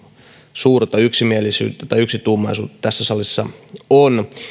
suurta yksituumaisuutta tässä salissa on